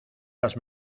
las